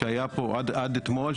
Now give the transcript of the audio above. עד אתמול,